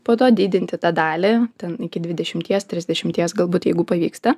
po to didinti tą dalį ten iki dvidešimties trisdešimties galbūt jeigu pavyksta